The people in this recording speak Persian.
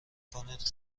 کنید